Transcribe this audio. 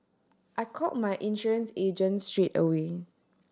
I call my insurance agent straight away